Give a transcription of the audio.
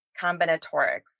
combinatorics